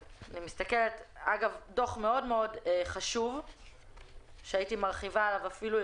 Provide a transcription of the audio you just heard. דוח מאוד מאוד חשוב שאפילו הייתי מרחיבה עליו.